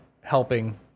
helping